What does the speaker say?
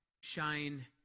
shine